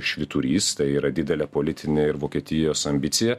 švyturys tai yra didelė politinė ir vokietijos ambicija